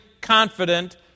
confident